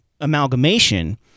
amalgamation